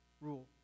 rule